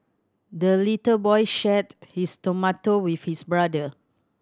the little boy shared his tomato with his brother